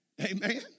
Amen